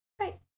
Right